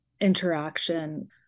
interaction